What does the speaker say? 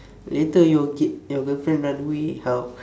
later your your girlfriend run away how